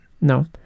No